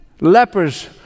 lepers